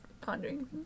pondering